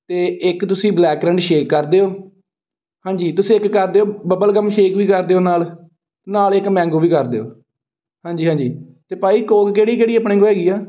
ਅਤੇ ਇੱਕ ਤੁਸੀਂ ਬਲੈਕ ਰੈਂਡ ਸ਼ੇਕ ਕਰ ਦਿਓ ਹਾਂਜੀ ਤੁਸੀਂ ਇੱਕ ਕਰ ਦਿਓ ਬਬਲਗਮ ਸ਼ੇਕ ਵੀ ਕਰ ਦਿਓ ਨਾਲ ਨਾਲ ਇੱਕ ਮੈਂਗੋ ਵੀ ਕਰ ਦਿਓ ਹਾਂਜੀ ਹਾਂਜੀ ਅਤੇ ਭਾਈ ਕੋਕ ਕਿਹੜੀ ਕਿਹੜੀ ਆਪਣੇ ਕੋਲ ਹੈਗੀ ਆ